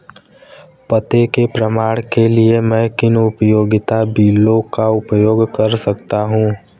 पते के प्रमाण के लिए मैं किन उपयोगिता बिलों का उपयोग कर सकता हूँ?